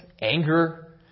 anger